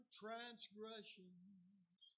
transgressions